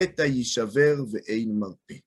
קטע יישבר ואין מרפא.